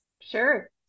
sure